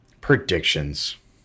Predictions